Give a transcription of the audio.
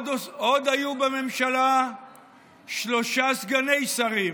עוד היו בממשלה שלושה סגני שרים,